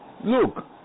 Look